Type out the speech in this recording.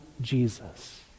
Jesus